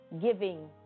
giving